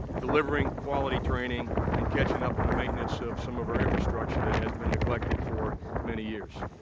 delivery quality training, and catching up on the maintenance of some of our infrastructure that has been neglected for many years.